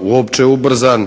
uopće ubrzan.